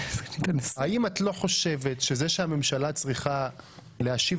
האם את לא חושבת שזה שהממשלה צריכה להשיב